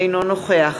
אינו נוכח